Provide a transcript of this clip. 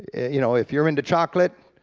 you know, if you're into chocolate,